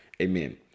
Amen